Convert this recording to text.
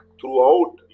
throughout